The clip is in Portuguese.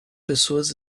pessoas